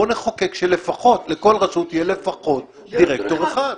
בוא נחוקק שלפחות לכל רשות יהיה לפחות דירקטור אחד.